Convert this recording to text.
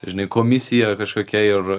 žinai komisija kažkokia ir